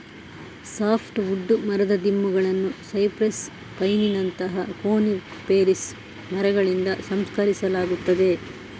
soft wood ಮರದ ದಿಮ್ಮಿಗಳನ್ನು cypress, ಪೈನಿನಂತಹ ಕೋನಿಫೆರಸ್ ಮರಗಳಿಂದ ಸಂಸ್ಕರಿಸಲಾಗುತ್ತದೆ